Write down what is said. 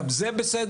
גם זה בסדר,